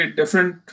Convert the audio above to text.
different